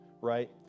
right